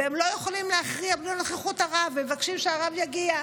והם לא יכולים להכריע בלי נוכחות הרב ומבקשים שהרב יגיע.